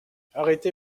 arrêté